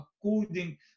according